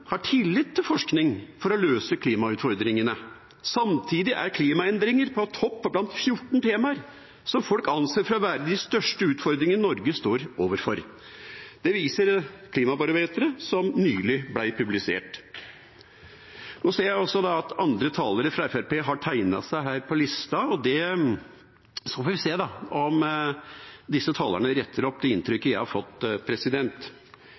har tillit til forskning for å løse klimautfordringene. Samtidig er klimaendringer på topp blant 14 temaer som folk anser for å være de største utfordringene Norge står overfor. Det viser Klimabarometeret som nylig ble publisert. Nå ser jeg at også andre talere fra Fremskrittspartiet har tegnet seg her på lista, så vi får se da, om disse talerne retter opp det